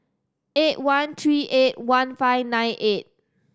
eight one three eight one five nine eight